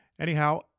Anyhow